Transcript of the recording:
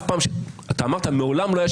אמרת שמעולם לא היה,